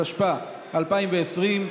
התשפ"א 2020,